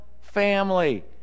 family